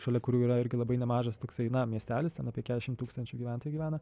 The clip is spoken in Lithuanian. šalia kurių yra irgi labai nemažas toksai na miestelis ten apie keturiasdešimt tūkstančių gyventojų gyvena